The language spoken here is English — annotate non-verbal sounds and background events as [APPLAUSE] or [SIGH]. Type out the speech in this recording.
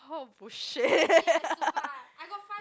what bullshit [LAUGHS]